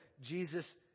Jesus